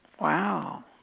Wow